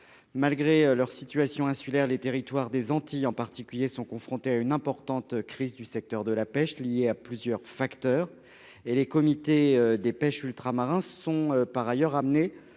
Malgré leur situation insulaire, les territoires des Antilles, en particulier, sont confrontés à une importante crise du secteur de la pêche liée à plusieurs facteurs. Les comités sont, par ailleurs, amenés